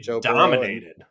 dominated